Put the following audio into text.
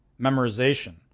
Memorization